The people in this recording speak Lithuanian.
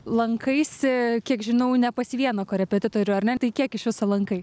lankaisi kiek žinau ne pas vieną korepetitorių ar ne tai kiek iš viso lankai